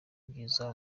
byiza